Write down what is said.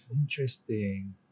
Interesting